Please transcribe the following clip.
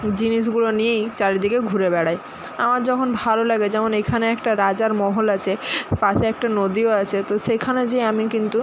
জিনিসগুলো নিয়েই চারিদিকে ঘুরে বেড়াই আমার যখন ভালো লাগে যেমন এখানে একটা রাজার মহল আছে পাশে একটা নদীও আছে তো সেখানে যেয়ে আমি কিন্তু